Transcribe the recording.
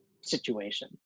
situation